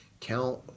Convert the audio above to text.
count